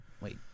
Wait